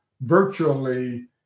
virtually